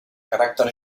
caràcter